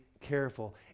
careful